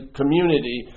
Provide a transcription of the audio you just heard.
community